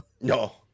No